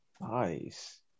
Nice